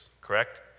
correct